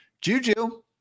Juju